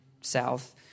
south